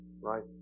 Right